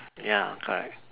ya correct